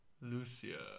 Lucia